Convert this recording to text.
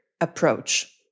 approach